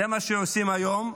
זה מה שעושים היום.